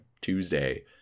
Tuesday